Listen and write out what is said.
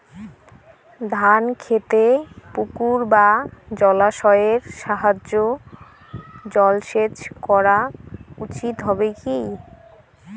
ধান খেতে পুকুর বা জলাশয়ের সাহায্যে জলসেচ করা উচিৎ হবে কি?